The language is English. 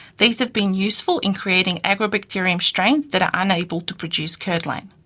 these have been useful in creating agrobacterium strains that are unable to produce curdlan.